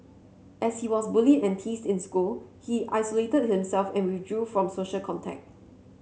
as he was bullied and tease in school he isolated himself and withdrew from social contact